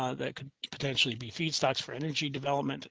um that could potentially be feed stocks for energy development